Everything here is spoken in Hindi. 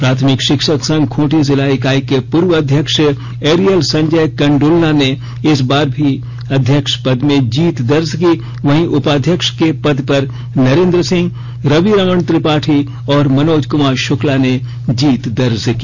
प्राथमिक शिक्षक संघ खूंटी जिला इकाई के पूर्व अध्यक्ष एरियल संजय कंड्लना ने इस बार भी अध्यक्ष पद में जीत दर्ज की वहीं उपाध्यक्ष के पद पर नरेंद्र सिंह रवि रमन त्रिपाठी और मनोज कुमार शुक्ला ने जीत दर्ज की